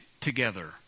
together